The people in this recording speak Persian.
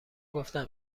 گفتم